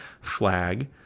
flag